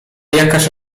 jakaż